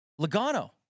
Logano